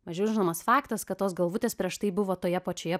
mažiau žinomas faktas kad tos galvutės prieš tai buvo toje pačioje